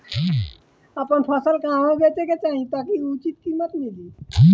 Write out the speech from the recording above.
आपन फसल कहवा बेंचे के चाहीं ताकि उचित कीमत मिली?